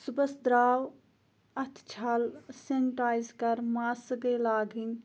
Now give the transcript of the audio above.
صُبحَس درٛاو اَتھٕ چھَل سینٹایِز کَر ماسک گٔے لاگٕنۍ